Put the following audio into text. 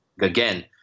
again